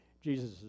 Jesus